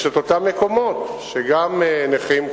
ויש אותם מקומות שגם נכים,